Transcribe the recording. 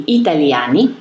italiani